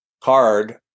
card